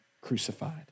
crucified